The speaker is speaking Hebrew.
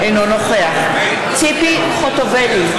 אינו נוכח ציפי חוטובלי,